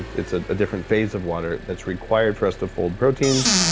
it's a different phase of water that's required for us to fold proteins,